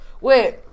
Wait